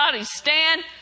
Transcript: stand